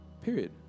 Period